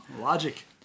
logic